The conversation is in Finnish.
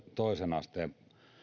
toisen asteen